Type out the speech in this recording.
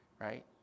right